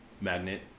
magnet